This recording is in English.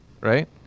right